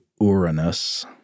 Uranus